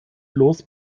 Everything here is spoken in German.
bloß